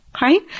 Right